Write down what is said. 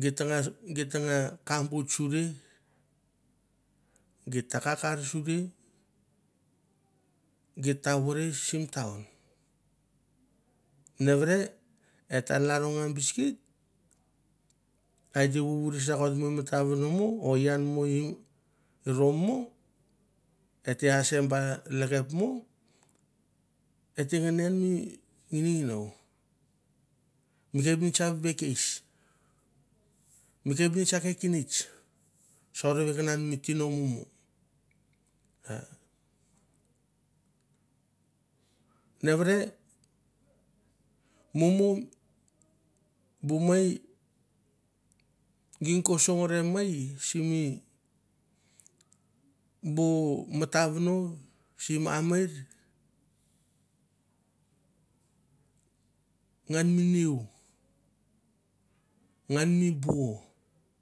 gitanga gitanga kambut sure gita kakor sure geta vove sum town nevere etalaron mi biscuit eter vuvur siakot mi vatan vono o ian mu im romo eter asemkepmu eter ngan i ian mi ngininginou mi kepnits a vakeis mi kepnits a koknits sove ve ke nan a nevere mumu bu mai gingko songovei mai simi bu mata vono na mer ngan mi new ngan mi buo.